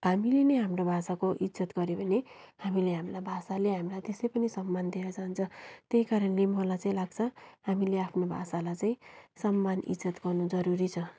हामीले नै हाम्रो भाषाको इज्जत गऱ्यौँ भने हामीले हामीलाई भाषाले हामीलाई त्यसै पनि सम्मान दिएर जान्छ त्यही कारणले मलाई चाहिँ लाग्छ हामीले आफ्नो भाषालाई चाहिँ सम्मान इज्जत गर्नु जरुरी छ